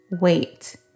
wait